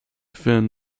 defend